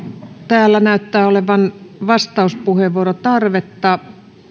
täällä näyttää olevan vastauspuheenvuorotarvetta